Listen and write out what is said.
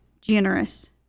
generous